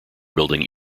building